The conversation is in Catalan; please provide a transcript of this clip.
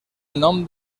nom